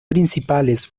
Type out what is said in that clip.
principales